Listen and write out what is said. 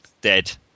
dead